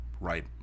right